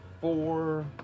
Four